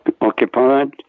occupied